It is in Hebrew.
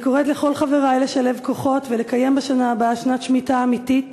אני קוראת לכל חברי לשלב כוחות ולקיים בשנה הבאה שנת שמיטה אמיתית,